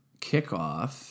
kickoff